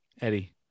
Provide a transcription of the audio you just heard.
Eddie